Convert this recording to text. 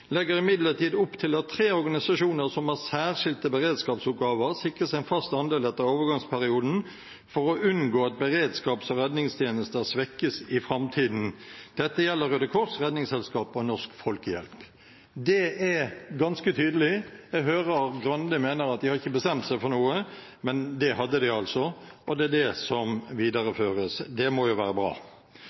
imidlertid opp til at tre organisasjoner som har særskilte beredskapsoppgaver sikres en fast andel etter overgangsperioden for å unngå at beredskap- og redningstjenester svekkes i framtiden. Dette gjelder Røde Kors, Redningsselskapet og Norsk Folkehjelp.» Det er ganske tydelig. Jeg hører at Grande mener de ikke hadde bestemt seg for noe, men det hadde de altså, og det er det som videreføres. Det må jo være bra.